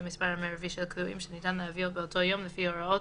המספר המרבי של כלואים שניתן להביא באותו יום לפי הוראות